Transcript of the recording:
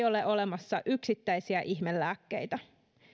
ole olemassa yksittäisiä ihmelääkkeitä